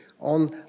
on